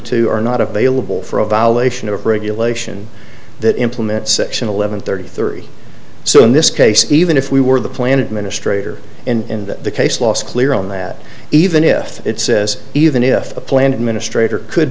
two are not available for a violation of regulation that implements section eleven thirty three so in this case even if we were the plan administrator in the case last clear on that even if it says even if the plan administrator could